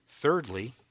Thirdly